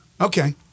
Okay